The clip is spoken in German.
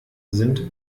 sind